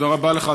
תודה רבה לך.